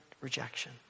rejection